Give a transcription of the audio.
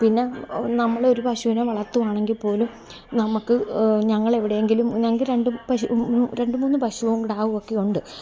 പിന്നെ നമ്മളൊരു പശുവിനെ വളർത്തുകയാണെങ്കിൽപ്പോലും നമുക്ക് ഞങ്ങൾ എവിടെയെങ്കിലും ഞങ്ങൾക്ക് രണ്ട് പശു രണ്ട് മൂന്ന് പശുക്കിടാവൊക്കെ ഉണ്ട്